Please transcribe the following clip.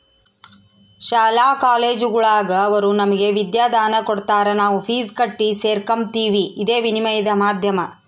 ಶಾಲಾ ಕಾಲೇಜುಗುಳಾಗ ಅವರು ನಮಗೆ ವಿದ್ಯಾದಾನ ಕೊಡತಾರ ನಾವು ಫೀಸ್ ಕಟ್ಟಿ ಸೇರಕಂಬ್ತೀವಿ ಇದೇ ವಿನಿಮಯದ ಮಾಧ್ಯಮ